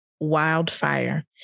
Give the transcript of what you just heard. Wildfire